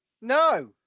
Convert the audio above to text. No